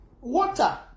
water